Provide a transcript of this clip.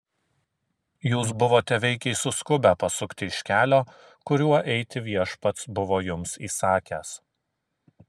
jūs buvote veikiai suskubę pasukti iš kelio kuriuo eiti viešpats buvo jums įsakęs